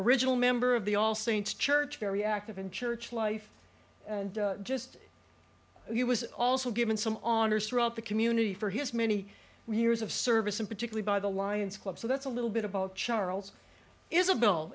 original member of the all saints church very active in church life and just he was also given some honors throughout the community for his many years of service in particular by the lions club so that's a little bit about charles isabel